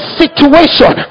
situation